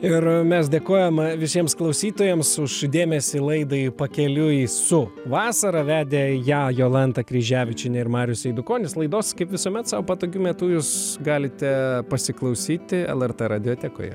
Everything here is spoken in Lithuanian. ir mes dėkojam visiems klausytojams už dėmesį laidai pakeliui su vasara vedė ją jolanta kryževičienė ir marius eidukonis laidos kaip visuomet sau patogiu metu jūs galite pasiklausyti lrt radiotekoje